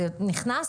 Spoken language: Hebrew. זה נכנס,